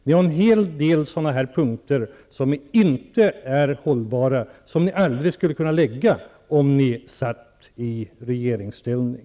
Ni har en hel del sådana förslag som inte är hållbara och som ni aldrig skulle kunna lägga fram om ni var i regeringsställning.